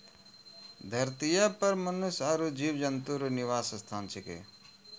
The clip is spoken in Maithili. धरतीये पर मनुष्य आरु जीव जन्तु रो निवास स्थान छिकै